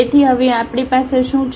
તેથી હવે આપણી પાસે શું છે